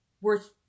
worth